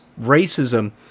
racism